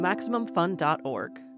MaximumFun.org